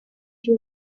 she